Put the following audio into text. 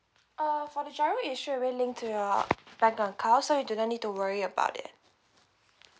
err for the GIRO it straightaway link to your bank account so you do not need to worry about it